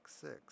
six